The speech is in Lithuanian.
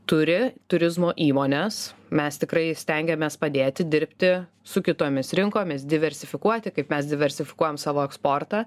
turi turizmo įmonės mes tikrai stengiamės padėti dirbti su kitomis rinkomis diversifikuoti kaip mes diversifikuojam savo eksportą